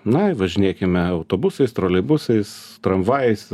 na važinėkime autobusais troleibusais tramvajais